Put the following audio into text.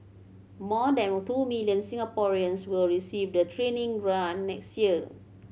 more than two million Singaporeans will receive the training grant next year